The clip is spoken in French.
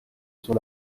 sur